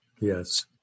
Yes